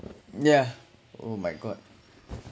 yeah oh my god